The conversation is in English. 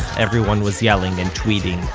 everyone was yelling and tweeting.